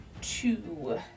two